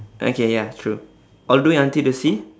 okay ya true all the way until the sea